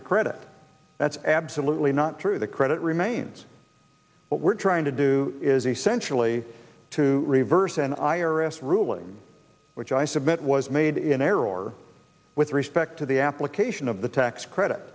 the credit that's absolutely not true that credit remains what we're trying to do is essentially to reverse an iris ruling which i submit was made in error with respect to the application of the tax credit